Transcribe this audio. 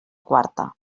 quarta